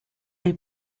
est